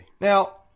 Now